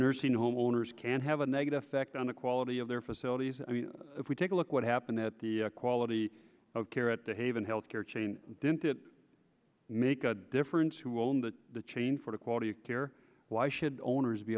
homeowners can have a negative effect on the quality of their facilities if we take a look what happened at the quality of care at the haven health care chain didn't it make a difference who owned the the chain for quality of care why should owners be